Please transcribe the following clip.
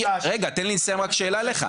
רגע, תן לי לסיים רק שאלה אליך.